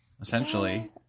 essentially